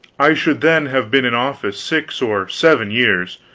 i should then have been in office six or seven years,